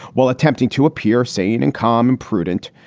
while attempting to appear sane and calm and prudent,